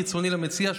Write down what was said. חיצוני למציע,